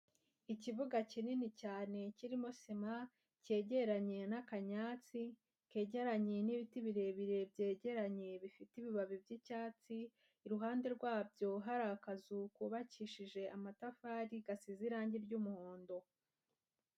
Ikibuga kinini cyane kirimo sima cyegeranye n'akanyatsi kegeranye n'ibiti birebire byegeranye bifite ibibabi by'icyatsi, iruhande rwabyo hari akazu kubabakishije amatafari gasize irangi ry'umuhondo.